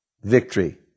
victory